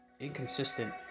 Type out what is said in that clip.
inconsistent